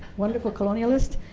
wonderful colonialist.